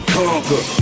conquer